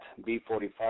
B45